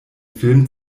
film